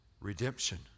redemption